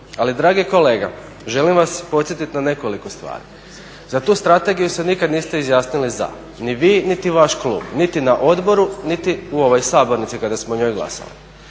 Ali dragi kolega, želim vas podsjetiti na nekoliko stvari. Za tu strategiju se nikad niste izjasnili za, ni vi niti vaš klub, niti na odboru niti u ovoj Sabornici kada smo o njoj glasovali.